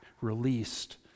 released